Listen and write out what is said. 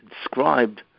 described